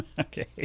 okay